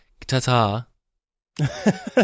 Ta-ta